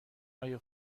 آیا